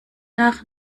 noch